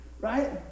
right